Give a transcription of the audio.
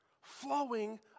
flowing